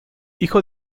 hijo